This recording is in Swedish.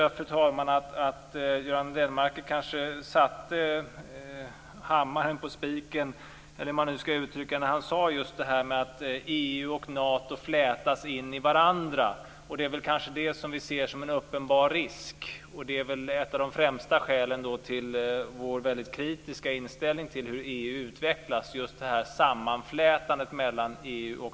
Jag tror att Göran Lennmarker satte hammaren på spiken, eller hur man nu skall uttrycka det, när han sade att EU och Nato flätas in i varandra. Det är det som vi ser som en uppenbar risk. Ett av de främsta skälen till vår kritiska inställning till hur EU utvecklas är just det här sammanflätandet av EU och